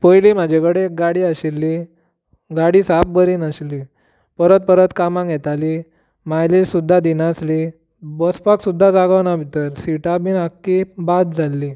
पयलीं म्हाजे कडेन एक गाडी आशिल्ली गाडी साप्प बरी नाशिल्ली परत परत कामांक येताली मायलेज सुद्दा दिनासली बसपाक सुद्दां जागो ना भितर सिटां बी आख्खी बाद जाल्लीं